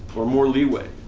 or more leeway,